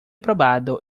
probado